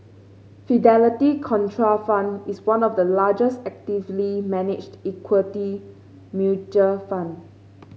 Fidelity Contrafund is one of the largest actively managed equity mutual fund